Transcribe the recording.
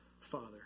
Father